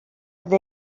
dde